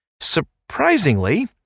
Surprisingly